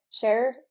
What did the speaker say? share